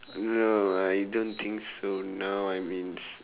no I don't think so now I means